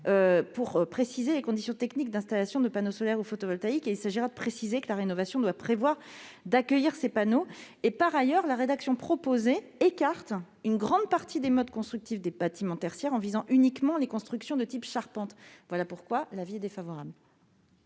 pour déterminer les conditions techniques d'installation de panneaux solaires ou photovoltaïques. Il s'agira de préciser que la rénovation doit prévoit d'accueillir ces panneaux. Par ailleurs, la rédaction proposée écarte une grande partie des modes constructifs des bâtiments tertiaires, en visant uniquement les constructions de type charpente. C'est pourquoi je maintiens l'avis défavorable